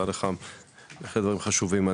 בהחלט דברים חשובים.